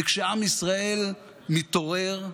וכשעם ישראל מתעורר,